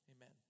Amen